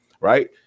right